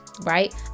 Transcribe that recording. right